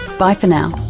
bye for now